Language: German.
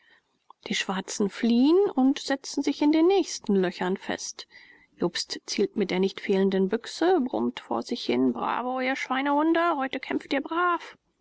die schwarzen fliehen und setzen sich in den nächsten löchern fest jobst zielt mit der nicht fehlenden büchse und brummt vor sich hin bravo ihr schweinehunde heute kämpft ihr brav